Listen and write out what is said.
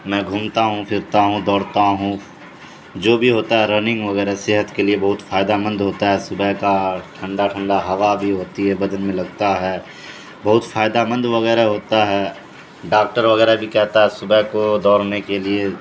میں گھومتا ہوں پھرتا ہوں دوڑتا ہوں جو بھی ہوتا ہے رننگ وغیرہ صحت کے لیے بہت فائدہ مند ہوتا ہے صبح کا ٹھنڈا ٹھنڈا ہوا بھی ہوتی ہے بدن میں لگتا ہے بہت فائدہ مند وغیرہ ہوتا ہے ڈاکٹر وغیرہ بھی کہتا ہے صبح کو دوڑنے کے لیے